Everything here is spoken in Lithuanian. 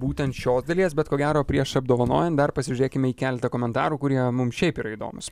būtent šios dalies bet ko gero prieš apdovanojant dar pasižiūrėkime į keletą komentarų kurie mum šiaip yra įdomūs